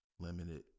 limited